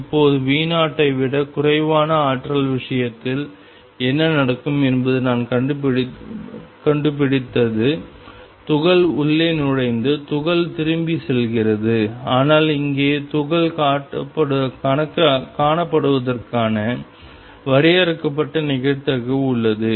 இப்போது V0 ஐ விட குறைவான ஆற்றல் விஷயத்தில் என்ன நடக்கும் என்பது நாம் கண்டுபிடித்தது துகள் உள்ளே நுழைந்து துகள் திரும்பி செல்கிறது ஆனால் இங்கே துகள் காணப்படுவதற்கான வரையறுக்கப்பட்ட நிகழ்தகவு உள்ளது